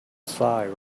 siren